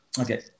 okay